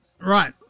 right